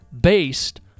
based